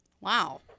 Wow